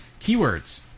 Keywords